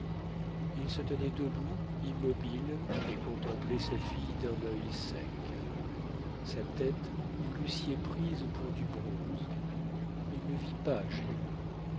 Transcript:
il se tenait debout immobile et contemplait sa fille d'un œil sec sa tête vous l'eussiez prise pour du bronze il ne vit pas jules